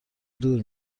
دور